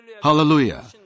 Hallelujah